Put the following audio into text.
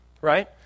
right